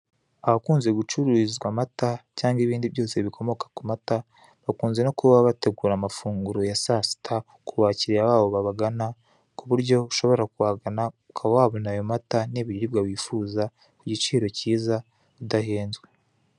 Ahakunze gucururizwa amata cyangwa ibindi byose bikomoka ku mata bakunze no kuba bategura amafunguro ya saa sita kubakiriya babo babagana ku buryo ushobora kuhagana ukaba wabona amata n'ibiribwa wifuza kugiciro cyiza udahenzwe.